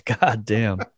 goddamn